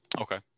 okay